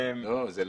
אחת.